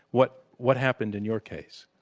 what what happened in your case?